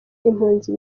impunzi